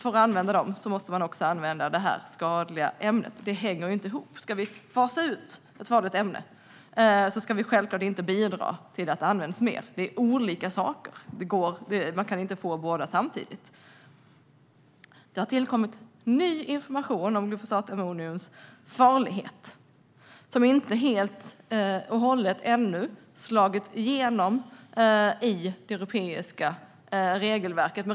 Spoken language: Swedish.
För att använda dem måste man också använda det här skadliga ämnet. Detta hänger inte ihop. Om vi ska fasa ut ett farligt ämne ska vi självklart inte bidra till att det används mer. Det är olika saker. Man kan inte få båda samtidigt. Det har tillkommit ny information om det farliga med glufosinatammonium, och den har inte helt och hållet slagit igenom än i det europeiska regelverket.